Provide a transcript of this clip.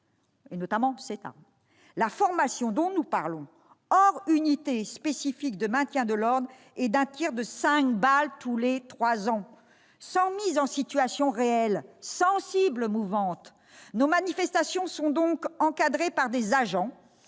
notamment celle-là ... La formation dont nous parlons, hors unités spécifiques de maintien de l'ordre, consiste à tirer cinq balles tous les trois ans, sans mise en situation réelle ni cible mouvante. Nos manifestations sont donc encadrées par des agents